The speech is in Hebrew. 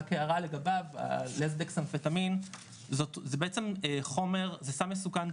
רק הערה לגבין ליסדקסאמפטמין זה בעצם זה סם מסוכן,